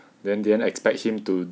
then didn't expect him to